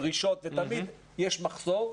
דרישות ותמיד יש מחסור,